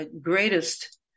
greatest